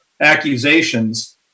accusations